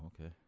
okay